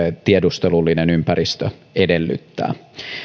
tiedustelullinen ympäristö edellyttävät